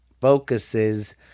focuses